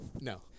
No